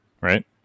right